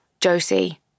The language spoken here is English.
Josie